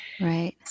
Right